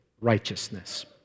righteousness